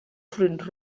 fruit